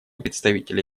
представителя